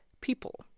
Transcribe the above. people